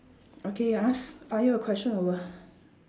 okay ask fire your question over